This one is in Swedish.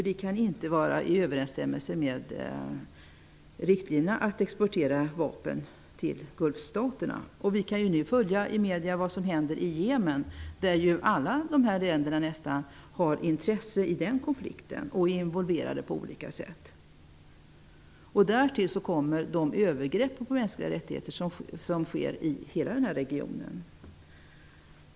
Det kan inte vara i överensstämmelse med riktlinjerna att exportera vapen till Vi kan nu följa i medierna vad som händer i Yemen. Nästan alla dessa länder har intresse av den konflikten och är involverade på olika sätt. Därtill kommer de övergrepp på mänskliga rättigheter som sker i hela denna region.